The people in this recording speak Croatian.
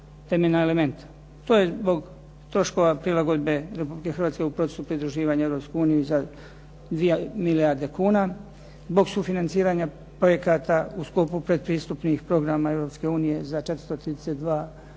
To je zbog troškova prilagodbe Republike Hrvatske u procesu pridruživanja Europskoj uniji za 2 milijarde kuna, zbog sufinanciranja projekata u sklopu pretpristupnih programa Europske unije